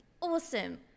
awesome